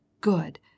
Good